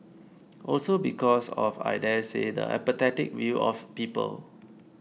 also because of I daresay the apathetic view of people